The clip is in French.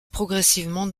progressivement